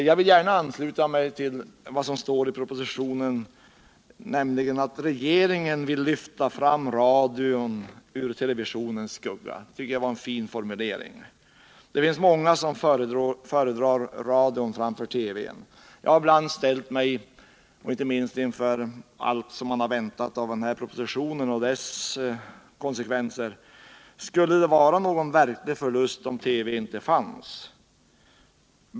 Jag vill gärna ansluta mig till vad som står i propositionen om att regeringen vill ”lyfta fram radion ur televisionens skugga”. Det tycker jag var en fin formulering. Det finns många som föredrar radion framför TV:n. Jag har ibland frågat mig -— inte minst inför den här propositionen och dess konsekvenser — om det skulle vara någon verklig förlust om TV inte fanns.